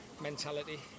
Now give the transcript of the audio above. mentality